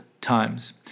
times